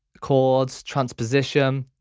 chords, transposition,